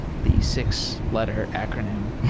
the six letter acronym,